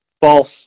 false